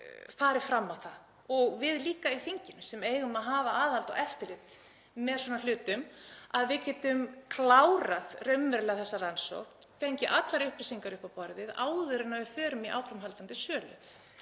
farið fram á það og við líka í þinginu sem eigum að hafa aðhald og eftirlit með svona hlutum, að við getum klárað þessa rannsókn, fengið allar upplýsingar upp á borðið, áður en við förum í áframhaldandi sölu.